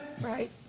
Right